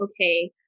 okay